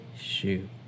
Shoot